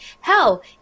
hell